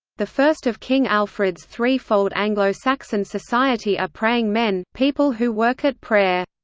the first of king alfred's three-fold anglo-saxon society are praying men people who work at prayer.